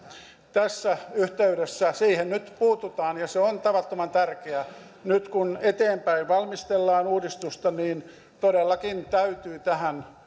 tässä yhteydessä siihen nyt puututaan ja se on tavattoman tärkeää nyt kun eteenpäin valmistellaan uudistusta niin todellakin täytyy tähän